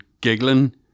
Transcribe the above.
giggling